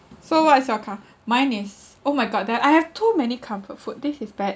so what's your com~ mine is oh my god that I have too many comfort food this is bad